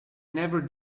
never